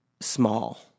Small